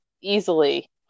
easily